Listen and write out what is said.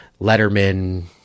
Letterman